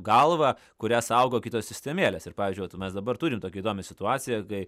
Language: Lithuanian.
galvą kurią saugo kitos sistemėlės ir pavyzdžiui vat mes dabar turim tokią įdomią situaciją kai